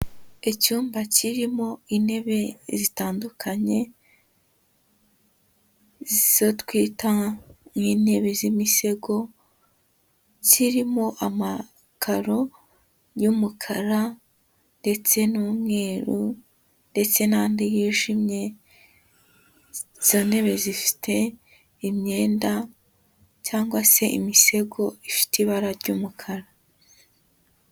Icyumba kirimo intebe zitandukanye, izo twita nk'intebe z'imisego, inzu irimo amakaro y'umukara, ndetse n'umweru, ndetse n'andi yijimye, izo ntebe zifite imyenda, cyangwa se imisego ifite ibara ry'umukara.